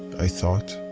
i thought.